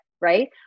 right